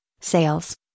sales